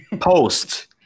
Post